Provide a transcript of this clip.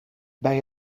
bij